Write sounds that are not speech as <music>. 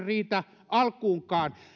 <unintelligible> riitä alkuunkaan